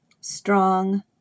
strong